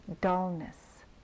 dullness